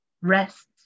rests